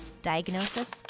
Diagnosis